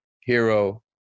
Hero